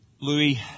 Louis